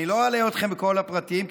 אני לא אלאה אתכם בכל הפרטים,